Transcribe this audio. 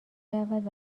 رود